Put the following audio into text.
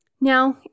Now